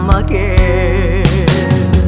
again